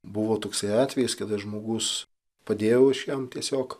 buvo toksai atvejis kada žmogus padėjau aš jam tiesiog